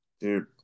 Dude